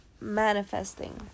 manifesting